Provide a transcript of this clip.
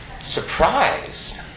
Surprised